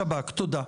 שב"כ, תודה.